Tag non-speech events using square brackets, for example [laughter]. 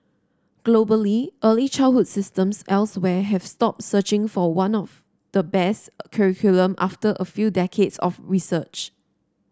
globally early childhood systems elsewhere have stopped searching for one of the best [hesitation] curriculum after a few decades of research